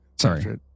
Sorry